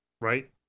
right